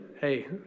hey